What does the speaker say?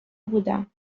بودم